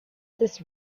this